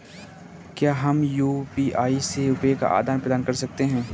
क्या हम यू.पी.आई से रुपये का आदान प्रदान कर सकते हैं?